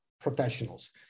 professionals